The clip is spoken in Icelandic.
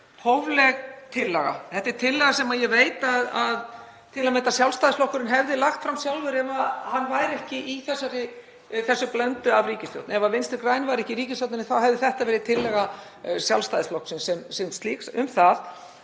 hófleg tillaga. Þetta er tillaga sem ég veit að til að mynda Sjálfstæðisflokkurinn hefði lagt fram sjálfur ef hann væri ekki í þessari blöndu af ríkisstjórn. Ef Vinstri græn væru ekki í ríkisstjórninni þá hefði þetta verið tillaga Sjálfstæðisflokksins sem slíks um að